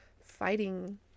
fighting